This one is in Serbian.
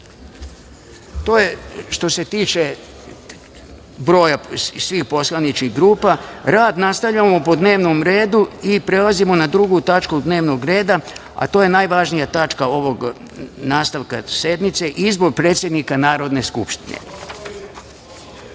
je što se tiče broja svih poslanih grupa. Rad nastavljamo po dnevnom redu. Prelazimo na Drugu tačku dnevnog reda, a to je najvažnija tačka ovog nastavka sednice – Izbor predsednika Narodne skupštine. Pre